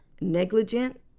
negligent